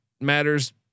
Matters